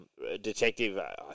detective